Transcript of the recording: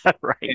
right